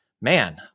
man